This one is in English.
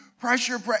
pressure